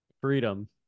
Freedom